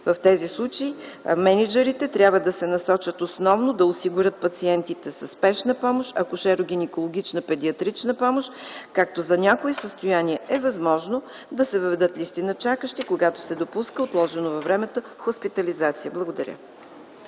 В тези случаи мениджърите трябва да се насочат основно да осигурят пациентите със спешна помощ, акушеро-гинекологична, педиатрична помощ, като за някои състояния е възможно да се въведат листи на чакащи, когато се допуска отложена във времето хоспитализация. Благодаря.